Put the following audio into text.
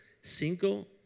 Cinco